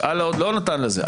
לא נתן לזה,